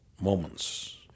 moments